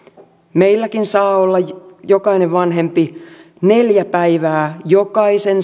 meilläkin saa olla jokainen vanhempi neljä päivää jokaisen